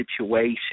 situation